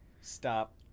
Stop